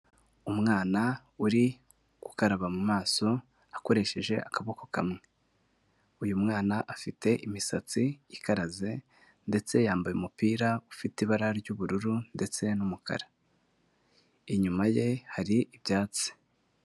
Umwana uri gukaraba mu maso akoresheje akaboko kamwe. Uyu mwana afite imisatsi ikaraze ndetse yambaye umupira ufite ibara ry'ubururu ndetse n'umukara. Inyuma ye hari ibyatsi.